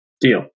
Deal